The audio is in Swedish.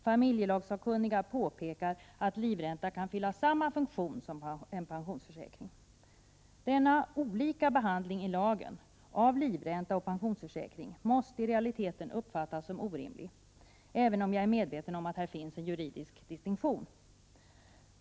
Familjelagssakkunniga påpekar att livränta kan fylla samma funktion som en pensionsförsäkring. Denna olika behandling i lagen av livränta och pensionsförsäkring måste i realiteten uppfattas som orimlig, även om jag är medveten om att det här finns en juridisk distinktion.